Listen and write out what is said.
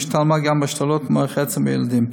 השתלמה גם בהשתלות מוח עצם בילדים,